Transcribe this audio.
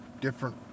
different